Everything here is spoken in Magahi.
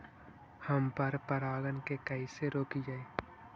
हम पर परागण के कैसे रोकिअई?